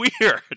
weird